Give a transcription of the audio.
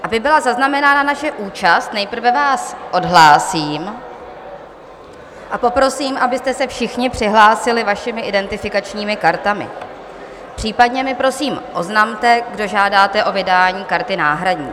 Aby byla zaznamenána naše účast, nejprve vás odhlásím a poprosím, abyste se všichni přihlásili vašimi identifikačními kartami, případně mi prosím oznamte, kdo žádáte o vydání karty náhradní.